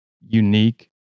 unique